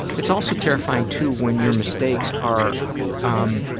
it's also terrifying too, when your mistakes are um